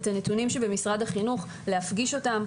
את הנתונים שבמשרד החינוך ולהפגיש אותם.